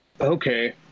okay